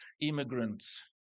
immigrants